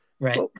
Right